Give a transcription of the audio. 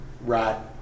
right